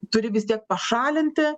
turi vis tiek pašalinti